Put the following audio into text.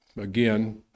again